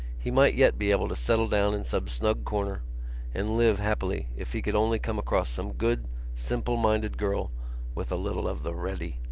he might yet be able to settle down in some snug corner and live happily if he could only come across some good simple-minded girl with a little of the ready.